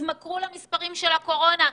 התמכרו למספרי הקורונה.